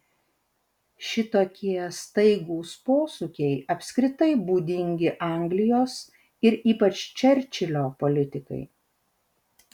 šitokie staigūs posūkiai apskritai būdingi anglijos ir ypač čerčilio politikai